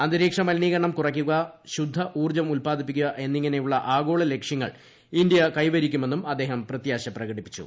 അന്തരീക്ഷ മലിനീകരണം കുറയ്ക്കുക ശുദ്ധ ഊർജ്ജം ഉൽപാദിപ്പിക്കുക എന്നിങ്ങനെയുള്ള ആഗോള ലക്ഷ്യങ്ങൾ ഇന്ത്യ കൈവരിക്കുമെന്നും അദ്ദേഹം പ്രത്യാശ പ്രകടിപ്പിച്ചു